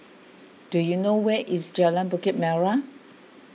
do you know where is Jalan Bukit Merah